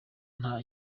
nta